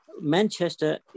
Manchester